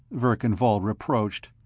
verkan vall reproached.